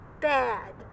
bad